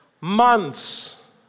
months